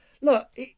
look